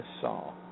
saw